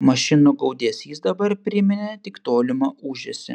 mašinų gaudesys dabar priminė tik tolimą ūžesį